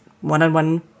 one-on-one